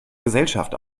gesellschaft